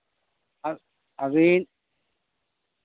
ᱟᱨ ᱟᱹᱵᱤᱱ